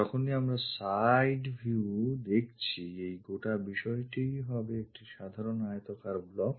যখনই আমরা side view দেখছি এই গোটা বিষয়টিই হবে একটি সাধারণ আয়তাকার block